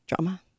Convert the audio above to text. drama